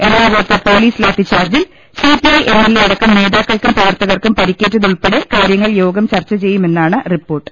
എറണാകുളത്ത് പൊലീസ് ലാത്തി ച്ചാർജിൽ CPI M L A അടക്കം നേതാക്കൾക്കും പ്രവർത്തകർക്കും പരിക്കേറ്റത് ഉൾപ്പെടെ കാര്യങ്ങൾ യോഗം ചർച്ച ചെയ്യുമെന്നാണ് റിപ്പോർട്ട്